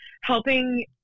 helping